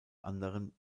anderen